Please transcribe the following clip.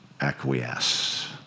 acquiesce